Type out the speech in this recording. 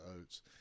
oats